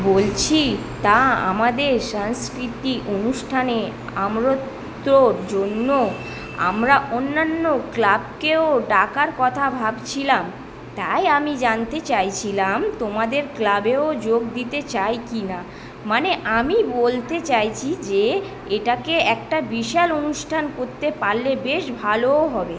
বলছি তা আমাদের সাংস্কৃতিক অনুষ্ঠানে আমন্ত্রণের জন্য আমরা অন্যান্য ক্লাবকেও ডাকার কথা ভাবছিলাম তাই আমি জানতে চাইছিলাম তোমাদের ক্লাবেও যোগ দিতে চায় কিনা মানে আমি বলতে চাইছি যে এটাকে একটা বিশাল অনুষ্ঠান করতে পারলে বেশ ভালোও হবে